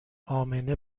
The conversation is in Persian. امنه